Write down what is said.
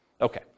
Okay